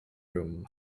room